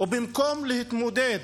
ובמקום להתמודד